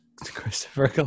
christopher